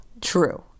true